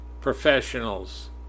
professionals